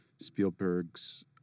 spielberg's